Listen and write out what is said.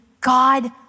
God